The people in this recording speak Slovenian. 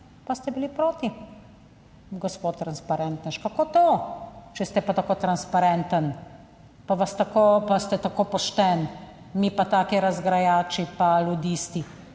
pa ste bili proti, gospod transparentnež, kako to, če ste pa tako transparenten, pa vas tako, pa ste tako pošten, mi pa taki razgrajači pa ludisti.